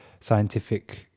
scientific